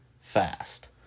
fast